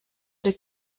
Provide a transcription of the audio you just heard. der